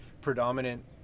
predominant